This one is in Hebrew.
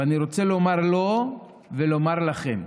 ואני רוצה לומר לו ולומר לכם: